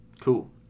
Cool